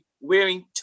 wearing